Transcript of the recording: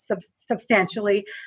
substantially